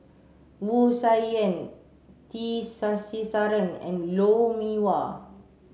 Wu Tsai Yen T Sasitharan and Lou Mee Wah